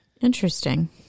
Interesting